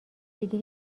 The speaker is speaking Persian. دیگه